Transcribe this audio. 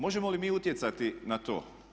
Možemo li mi utjecati na to?